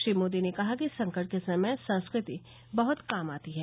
श्री मोदी ने कहा कि संकट के समय संस्कृति बहत काम आती है